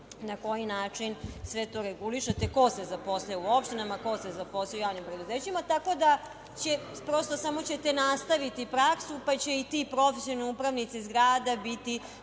na koji način sve to regulišete, ko se zaposlio u opštinama, ko se zaposlio u javnim preduzećima. Tako da, prosto ćete samo nastaviti praksu, pa će i ti profesionalni upravnici zgrada biti